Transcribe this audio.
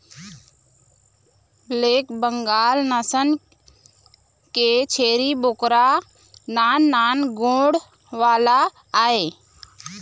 black Bengal नसल के छेरी बोकरा नान नान गोड़ वाला आय